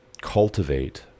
cultivate